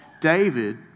David